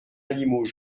animaux